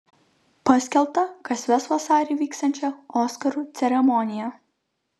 paskelbta kas ves vasarį vyksiančią oskarų ceremoniją